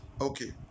okay